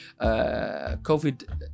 covid